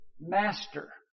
master